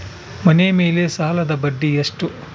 ಮನೆ ಮೇಲೆ ಸಾಲದ ಬಡ್ಡಿ ಎಷ್ಟು?